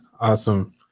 Awesome